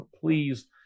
please